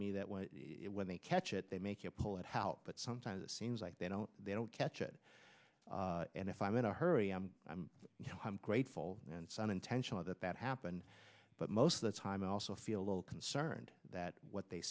me that when it when they catch it they make it pull it helped but sometimes it seems like they don't they don't catch it and if i'm in a hurry i'm grateful and so on intentional that that happened but most of the time i also feel a little concerned that what they